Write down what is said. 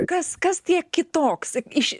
kas kas tie kitoks iš